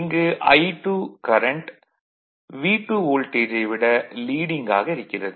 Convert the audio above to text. இங்கு I2 current V2 வோல்டேஜை விட லீடிங் ஆக இருக்கிறது